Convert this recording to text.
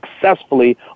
successfully